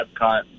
Epcot